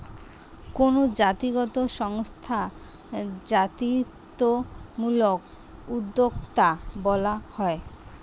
কোনো জাতিগত সংস্থা জাতিত্বমূলক উদ্যোক্তা বলা হয়